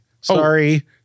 Sorry